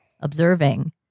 observing